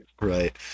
Right